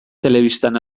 telebistan